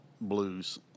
blues